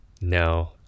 no